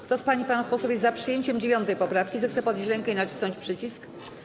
Kto z pań i panów posłów jest za przyjęciem 9. poprawki, zechce podnieść rękę i nacisnąć przycisk.